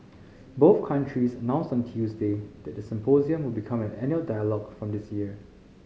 both countries announced on Tuesday that the symposium will become an annual dialogue from this year